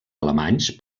alemanys